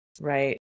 right